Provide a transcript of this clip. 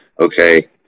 okay